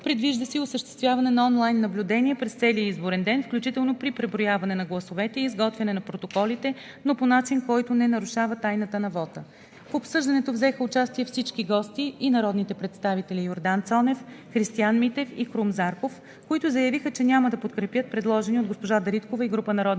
Предвижда се и осъществяване на онлайн наблюдение през целия изборен ден, включително при преброяване на гласовете и изготвяне на протоколите, но по начин, който не нарушава тайната на вота. В обсъждането взеха участие всички гости и народните представители Йордан Цонев, Христиан Митев и Крум Зарков, които заявиха, че няма да подкрепят предложения от госпожа Дариткова и група народни